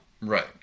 Right